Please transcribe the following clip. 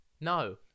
No